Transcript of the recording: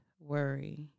worry